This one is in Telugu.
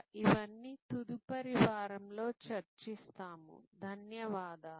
ఇవన్నీ తదుపరి వారంలో చర్చిస్తాము ధన్యవాదాలు